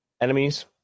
enemies